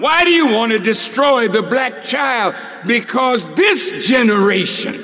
why do you want to destroy the back child because this generation